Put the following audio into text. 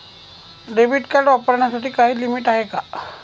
Debit card वापरण्यासाठी काही limit आहे का?